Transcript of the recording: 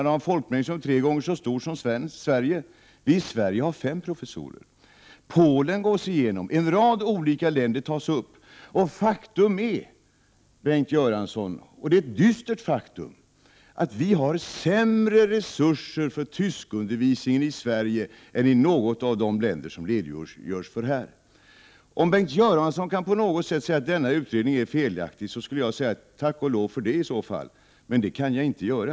Man har en folkmängd som är tre gånger så stor som Sveriges. I Sverige har vi fem professurer. Vidare gås Polen igenom. En rad olika länder tas upp, och faktum är, Bengt Göransson — och det är ett dystert faktum — att vi har sämre resurser för tyskundervisningen i Sverige än man har i något av — Prot. 1988/89:98 de länder som det redogörs för i utredningen. 18 april 1989 Om Bengt Göransson på något sätt kunde göra troligt att denna utredning ZH är felaktig skulle jag säga: Tack och lov för det! Men det kan jag inte göra.